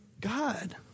God